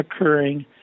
occurring